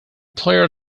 player